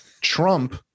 Trump